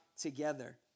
together